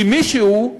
כי מישהו,